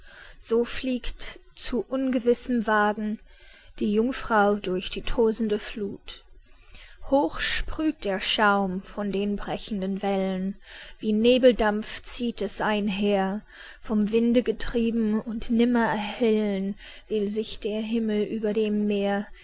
so fliegt zu ungewissem wagen die jungfrau durch die tosende fluth hoch sprüht der schaum von den brechenden wellen wie nebeldampf zieht es einher vom winde getrieben und nimmer erhellen will sich der himmel über dem meer